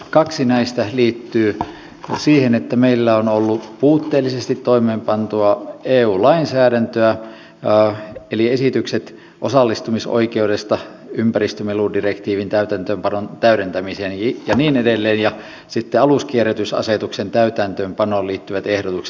kaksi näistä liittyy siihen että meillä on ollut puutteellisesti toimeenpantua eu lainsäädäntöä eli esitykset osallistumisoikeudesta ympäristömeludirektiivin täytäntöönpanon täydentämiseen ja niin edelleen ja sitten aluskierrätysasetuksen täytäntöönpanoon liittyvät ehdotukset